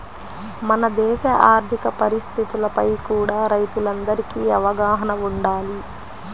మన దేశ ఆర్ధిక పరిస్థితులపై కూడా రైతులందరికీ అవగాహన వుండాలి